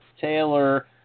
Taylor